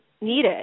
needed